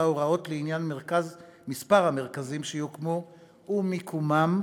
הוראות לעניין מספר המרכזים שיוקמו ומקומם,